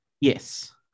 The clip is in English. Yes